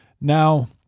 Now